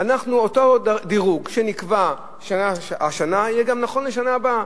אותו דירוג שנקבע השנה יהיה נכון גם לשנה הבאה,